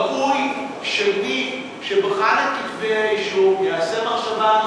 ראוי שמי שבחן את כתבי-האישום יעשה מחשבה.